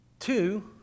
Two